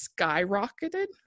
skyrocketed